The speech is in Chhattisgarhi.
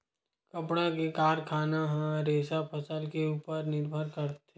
कपड़ा के कारखाना ह रेसा फसल के उपर निरभर रहिथे